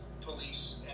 police